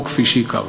לא כפי שהכרתי.